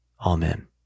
Amen